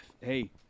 hey